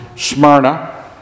Smyrna